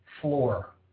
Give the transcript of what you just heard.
floor